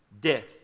death